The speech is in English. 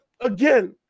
again